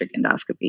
endoscopy